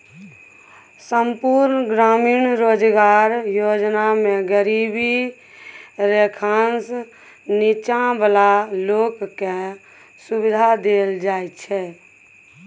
संपुर्ण ग्रामीण रोजगार योजना मे गरीबी रेखासँ नीच्चॉ बला लोक केँ सुबिधा देल जाइ छै